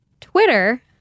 Twitter